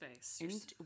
space